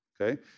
Okay